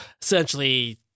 essentially